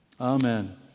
Amen